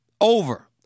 over